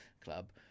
club